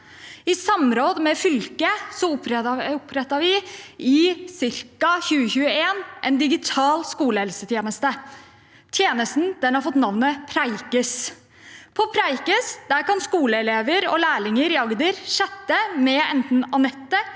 I samråd med fylket opprettet vi omkring 2021 en digital skolehelsetjeneste. Tjenesten har fått navnet Preikes. På Preikes kan skoleelever og lærlinger i Agder chatte med enten Anette,